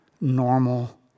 normal